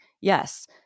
yes